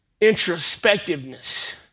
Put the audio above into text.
introspectiveness